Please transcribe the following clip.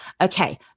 okay